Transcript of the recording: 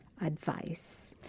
advice